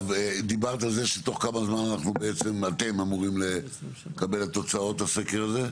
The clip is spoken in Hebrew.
דיברת על זה שתוך כמה זמן אתם אמורים לקבל את תוצאות הסקר הזה?